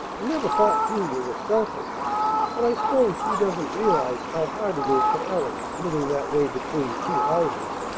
i never thought julia was selfish but i s'pose she doesn't realize how hard it is for ellen, living that way between two houses.